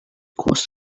was